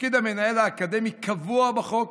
תפקיד המנהל האקדמי קבוע בחוק